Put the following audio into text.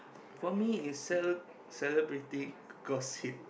for me is sell celebrity gossip